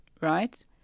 right